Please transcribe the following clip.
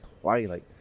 Twilight